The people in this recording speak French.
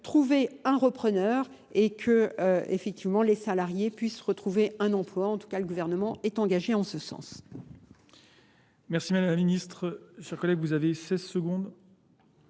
trouver un repreneur et que les salariés puissent retrouver un emploi. En tout cas, le gouvernement est engagé en ce sens.